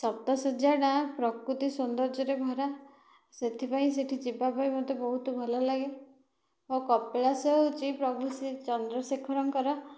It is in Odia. ସପ୍ତଶଯ୍ୟା ଟା ପ୍ରକୃତି ସୌନ୍ଦର୍ଯ୍ୟରେ ଭରା ସେଥି ପାଇଁ ସେଠି ଯିବା ପାଇଁ ମତେ ବହୁତ ଭଲ ଲାଗେ ଓ କପିଳାସ ହେଉଛି ପ୍ରଭୁ ଶ୍ରୀ ଚନ୍ଦ୍ରଶେଖରଙ୍କର